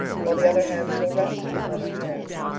while the other hand still rested upon her hair.